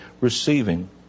receiving